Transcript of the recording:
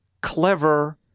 clever